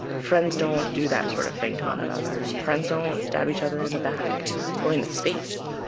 friends don't do that sort of thing to one another. friends don't stab each other in the back or in the face.